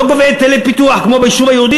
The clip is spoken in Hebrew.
לא גובה היטלי פיתוח כמו ביישוב היהודי,